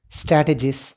strategies